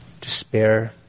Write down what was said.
despair